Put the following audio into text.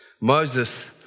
Moses